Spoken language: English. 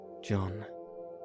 John